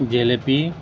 jalebi